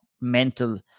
mental